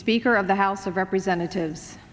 speaker of the house of representatives